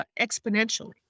exponentially